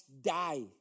die